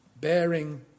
bearing